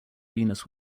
venus